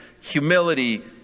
humility